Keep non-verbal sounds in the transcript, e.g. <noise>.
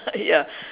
<laughs> ya